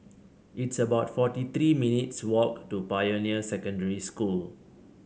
it's about forty three minutes' walk to Pioneer Secondary School